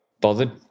bothered